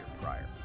prior